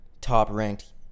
top-ranked